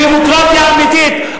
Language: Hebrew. בדמוקרטיה אמיתית,